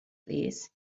plîs